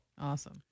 awesome